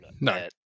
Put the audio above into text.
No